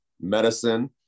medicine